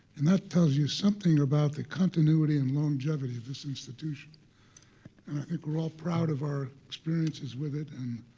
and that tells you something about the continuity and longevity of this institution, and i think we're all proud of our experiences with it and